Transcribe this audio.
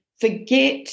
forget